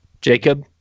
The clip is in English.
Jacob